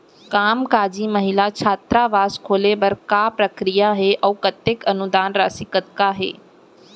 कामकाजी महिला छात्रावास खोले बर का प्रक्रिया ह अऊ कतेक अनुदान राशि कतका हे?